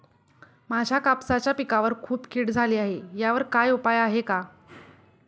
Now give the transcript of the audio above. माझ्या कापसाच्या पिकावर खूप कीड झाली आहे यावर काय उपाय आहे का?